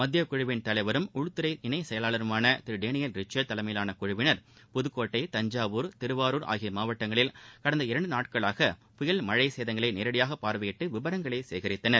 மத்தியக் குழுவின் தலைவரும் உள்துறை இணைச் செயலாளருமான திரு டேனியல் ரிச்சர்ட் தலைமையிலான குழுவினர் புதுக்கோட்டை தஞ்சாவூர் திருவாரூர் ஆகிய மாவாட்டங்களில் கடந்த இரண்டு நாட்களாக புயல் மழை சேதங்களை நேரடியாக பார்வையிட்டு விவரங்களை சேகரித்தனர்